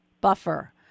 buffer